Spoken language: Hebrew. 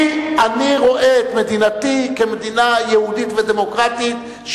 אני רואה את מדינתי כמדינה יהודית ודמוקרטית,